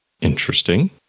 Interesting